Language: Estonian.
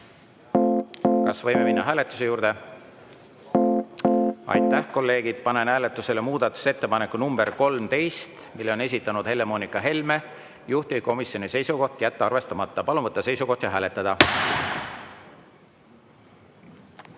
Kas võime minna hääletuse juurde? (Saal on nõus.) Aitäh, kolleegid! Panen hääletusele muudatusettepaneku nr 13, mille on esitanud Helle-Moonika Helme, juhtivkomisjoni seisukoht: jätta arvestamata. Palun võtta seisukoht ja hääletada!